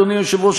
אדוני היושב-ראש,